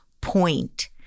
point